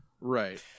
Right